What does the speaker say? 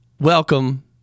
welcome